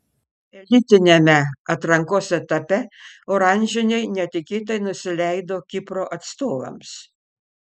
elitiniame atrankos etape oranžiniai netikėtai nusileido kipro atstovams